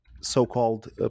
so-called